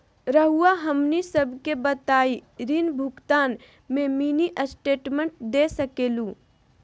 रहुआ हमनी सबके बताइं ऋण भुगतान में मिनी स्टेटमेंट दे सकेलू?